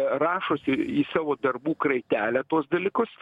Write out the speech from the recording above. rašosi į savo darbų kraitelę tuos dalykus